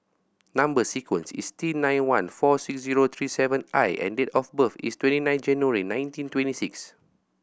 number sequence is T nine one four six zero three seven I and date of birth is twenty nine January nineteen twenty six